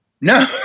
no